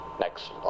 Next